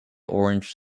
orange